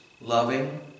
loving